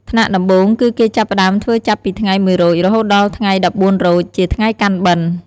ថ្នាក់ដំបូង គឺគេចាប់ផ្ដើមធ្វើចាប់ពីថ្ងៃ ១រោច រហូតដល់ថ្ងៃ១៤រោច ជាថ្ងៃកាន់បិណ្ឌ។